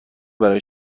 برای